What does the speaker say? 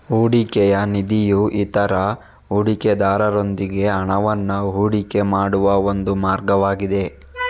ಹೂಡಿಕೆಯ ನಿಧಿಯು ಇತರ ಹೂಡಿಕೆದಾರರೊಂದಿಗೆ ಹಣವನ್ನ ಹೂಡಿಕೆ ಮಾಡುವ ಒಂದು ಮಾರ್ಗವಾಗಿದೆ